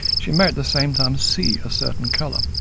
she may at the same time see a certain colour.